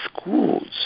schools